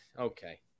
Okay